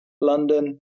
London